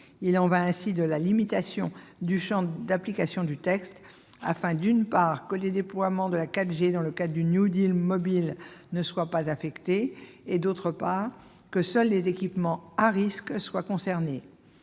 Il en va ainsi de la limitation du champ d'application du texte destinée, d'une part, à ce que les déploiements de la 4G dans le cadre du « New Deal mobile » ne soient pas affectés, d'autre part, à ce que seuls les équipements à risque soient concernés.